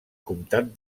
comtat